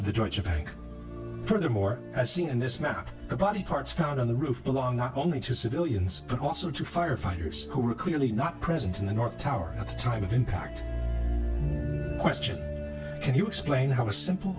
of the georgia bank for the more i see in this map the body parts found on the roof belong not only to civilians but also to firefighters who were clearly not present in the north tower at the time of impact question can you explain how a simple